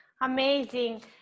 amazing